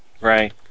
Right